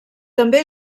també